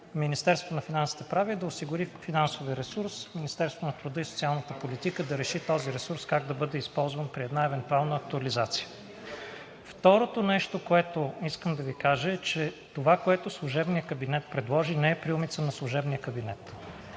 Министерството на финансите прави, е да осигури финансовия ресурс, а на Министерството на труда и социалната политика да реши този ресурс как да бъде използван при една евентуална актуализация. Второто нещо, което искам да Ви кажа, е, че това, което служебният кабинет предложи, не е приумица на служебния кабинет.